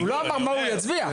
הוא לא אמר מה הוא יצביע.